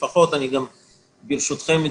ברשותכם,